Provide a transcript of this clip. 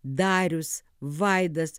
darius vaidas